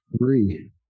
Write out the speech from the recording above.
Three